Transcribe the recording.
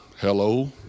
Hello